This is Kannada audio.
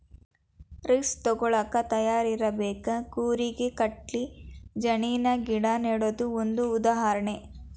ರಿಸ್ಕ ತುಗೋಳಾಕ ತಯಾರ ಇರಬೇಕ, ಕೂರಿಗೆ ಗಟ್ಲೆ ಜಣ್ಣಿನ ಗಿಡಾ ನೆಡುದು ಒಂದ ಉದಾಹರಣೆ